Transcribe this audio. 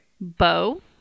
Bow